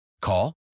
Call